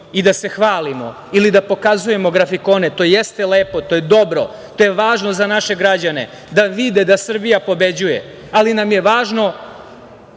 i da se hvalimo ili da pokazujemo grafikone, to jeste lepo, to je dobro, to je važno za naše građane da vide da Srbija pobeđuje, ali nam je važno